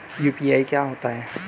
UPI क्या होता है?